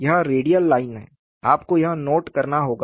यह radial line है आपको यह नोट करना होगा